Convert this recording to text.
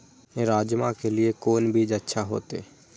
राजमा के लिए कोन बीज अच्छा होते?